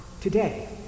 today